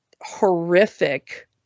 horrific